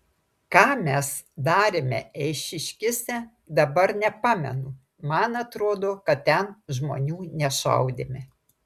ką mes darėme eišiškėse dabar nepamenu man atrodo kad ten žmonių nešaudėme